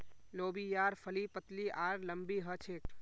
लोबियार फली पतली आर लम्बी ह छेक